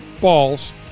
balls